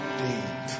deep